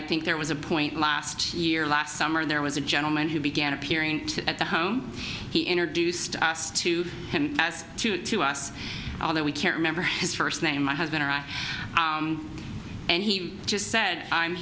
i think there was a point last year last summer there was a gentleman who began appearing at the home he introduced us to him as to to us although we can't remember his first name my husband and he just said i'm